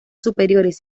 superiores